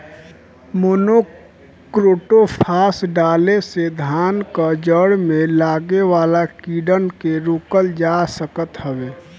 monocrotophos डाले से धान कअ जड़ में लागे वाला कीड़ान के रोकल जा सकत हवे